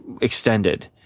extended